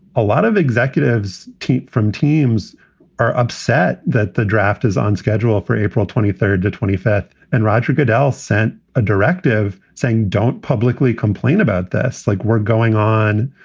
a lot of executives tweet from teams are upset that the draft is on schedule for april twenty third to twenty fifth. and roger goodell sent a directive saying, don't publicly complain about this. like we're going on.